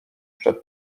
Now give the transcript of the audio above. przed